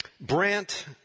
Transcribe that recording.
Brant